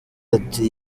ati